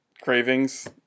cravings